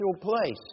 place